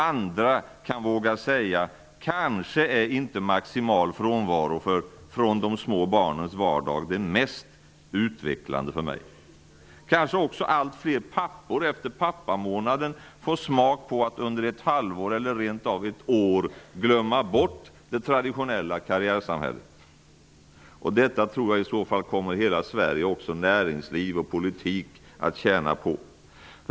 Andra kan våga säga: Kanske är inte maximal frånvaro från de små barnens vardag det mest utvecklande för mig. Kanske får också allt fler pappor smak på att under ett halvår eller rent av ett år efter pappamånaden glömma bort det traditionella karriärsamhället. Det tror jag i så fall att hela Sverige, också näringsliv och politik, kommer att tjäna på.